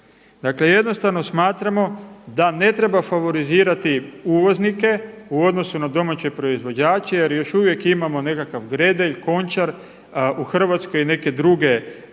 Dakle jednostavno smatramo da ne treba favorizirati uvoznike u odnosu na domaće proizvođače jer još uvijek imamo nekakav Gredelj, Končar u Hrvatskoj i neke druge proizvođače